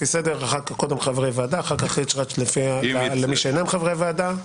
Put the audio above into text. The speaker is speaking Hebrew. לפי סדר: קודם חברי ועדה ואחר כך ריצ'רץ' למי שאינם חברי ועדה,